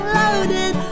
loaded